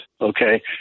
okay